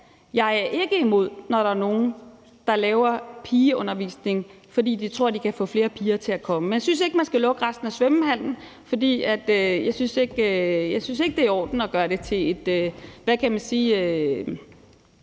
jeg er ikke imod, at der er nogle, der laver pigeundervisning, fordi de tror, de kan få flere piger til at komme. Jeg synes ikke, man skal lukke resten af svømmehallen, for jeg synes ikke, det er i orden at motivere det ud fra, at man ikke